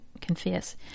confess